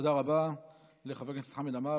תודה רבה לחבר הכנסת חמד עמאר.